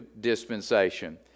dispensation